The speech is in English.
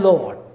Lord